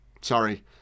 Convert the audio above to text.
Sorry